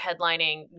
headlining